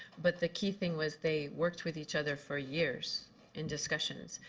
but the key thing was they worked with each other for years in discussions.